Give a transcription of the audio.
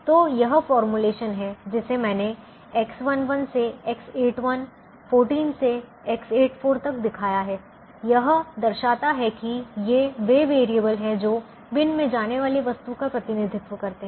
तो यह फॉर्मूलेशन है जिसे मैंने X11 से X81 14 से X84 तक दिखाया है यह दर्शाता है कि ये वे वैरिएबल हैं जो बिन में जाने वाली वस्तु का प्रतिनिधित्व करते हैं